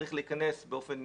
צריך להיכנס באופן